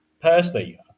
personally